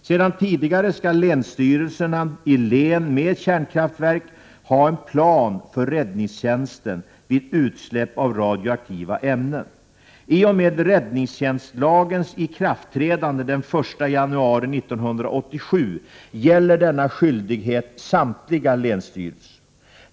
Sedan tidigare skall länsstyrelserna i län med kärnkraftverk ha en plan för räddningstjänsten vid utsläpp av radioaktiva ämnen. I och med räddningstjänstlagens ikraftträdande den 1 januari 1987 gäller denna skyldighet samtliga länsstyrelser.